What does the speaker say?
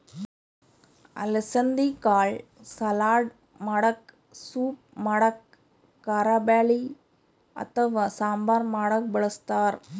ಅಲಸಂದಿ ಕಾಳ್ ಸಲಾಡ್ ಮಾಡಕ್ಕ ಸೂಪ್ ಮಾಡಕ್ಕ್ ಕಾರಬ್ಯಾಳಿ ಅಥವಾ ಸಾಂಬಾರ್ ಮಾಡಕ್ಕ್ ಬಳಸ್ತಾರ್